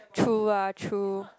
true lah true